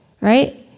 right